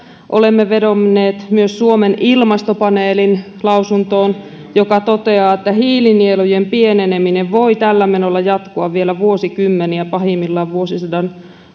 olemme vedonneet myös suomen ilmastopaneelin lausuntoon joka toteaa että hiilinielujen pieneneminen voi tällä menolla jatkua vielä vuosikymmeniä pahimmillaan vuosisadan